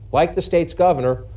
like the state's governor,